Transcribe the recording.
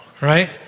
right